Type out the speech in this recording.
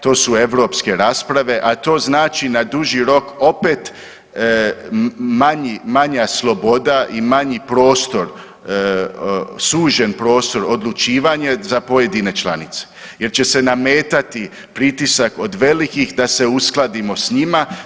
To su europske rasprave, a to znači na duži rok opet manja sloboda i manji prostor, sužen prostor odlučivanje za pojedine članice jer će se nametati pritisak od velikih da se uskladimo sa njima.